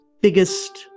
biggest